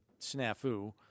snafu